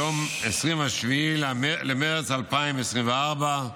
היום, 27 במרץ 2024,